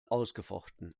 ausgefochten